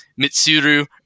Mitsuru